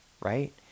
right